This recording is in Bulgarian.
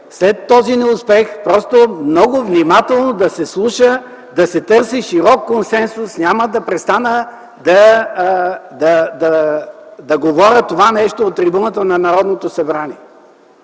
след този неуспех много внимателно да се слуша, да се търси широк консенсус. Няма да престана да говоря това от трибуната на Народното събрание.